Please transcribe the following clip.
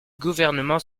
gouvernement